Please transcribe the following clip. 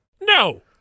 No